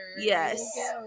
Yes